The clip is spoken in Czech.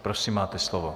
Prosím, máte slovo.